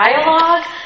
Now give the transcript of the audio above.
dialogue